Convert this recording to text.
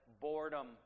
boredom